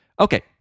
okay